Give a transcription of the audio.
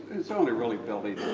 it's only really building